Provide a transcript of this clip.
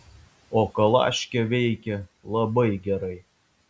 o kalaškė veikia labai gerai